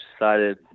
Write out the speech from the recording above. decided